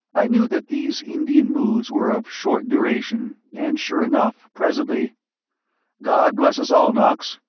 i knew that these indian moods were of short duration, and, sure enough, presently god bless us all, knox,